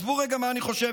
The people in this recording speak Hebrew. עזבו רגע מה אני חושב,